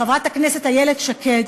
חברת הכנסת איילת שקד,